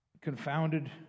confounded